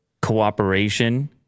cooperation